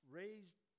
raised